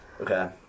Okay